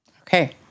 Okay